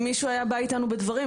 אם מישהו היה בא אתנו בדברים,